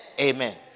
Amen